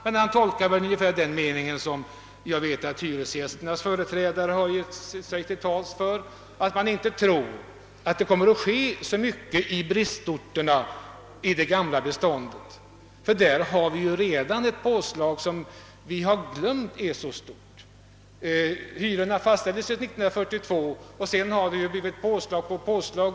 Men han tolkar väl ungefär den mening som jag vet att hyresgästernas företrädare har, nämligen att det inte kommer att ske så mycket i det gamla bostadsbeståndet på bristorterna. Där har vi redan nu ett påslag, som många säkerligen glömt storleken av. Hyrorna fastställdes 1942 och har därefter höjts åtskilliga gånger.